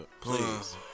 Please